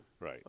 Right